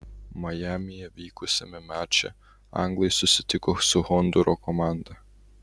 majamyje vykusiame mače anglai susitiko su hondūro komanda